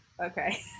Okay